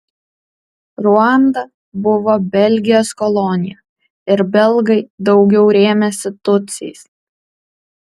ruanda buvo belgijos kolonija ir belgai daugiau rėmėsi tutsiais